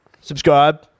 Subscribe